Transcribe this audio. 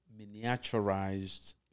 miniaturized